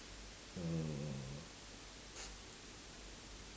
hmm